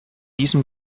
diesem